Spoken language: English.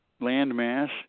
landmass